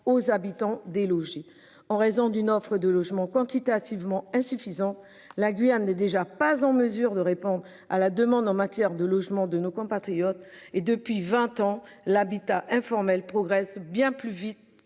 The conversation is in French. aux habitants délogés en raison d'une offre de logements quantitativement insuffisant, la Guyane n'est déjà pas en mesure de répondre à la demande en matière de logement de nos compatriotes et depuis 20 ans l'habitat informel progresse bien plus vite